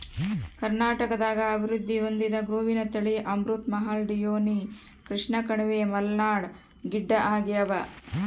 ಕರ್ನಾಟಕದಾಗ ಅಭಿವೃದ್ಧಿ ಹೊಂದಿದ ಗೋವಿನ ತಳಿ ಅಮೃತ್ ಮಹಲ್ ಡಿಯೋನಿ ಕೃಷ್ಣಕಣಿವೆ ಮಲ್ನಾಡ್ ಗಿಡ್ಡಆಗ್ಯಾವ